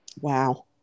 Wow